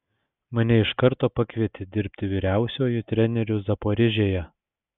mane iš karto pakvietė dirbti vyriausiuoju treneriu zaporižėje